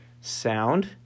sound